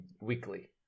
weekly